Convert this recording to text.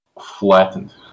flattened